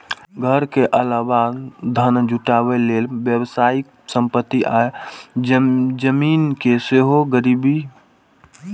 घर के अलावा धन जुटाबै लेल व्यावसायिक संपत्ति आ जमीन कें सेहो गिरबी राखल जा सकैए